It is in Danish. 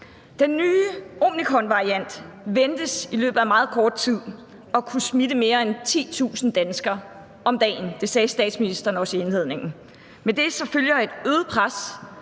den nye omikronvariant ventes i løbet af meget kort tid at kunne smitte flere end 10.000 danskere om dagen – det sagde statsministeren også i sin indledning. Med det følger et øget pres